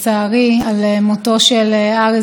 גיבור גם בחייו וגם במותו.